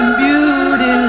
beauty